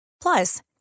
Plus